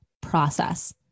process